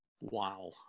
Wow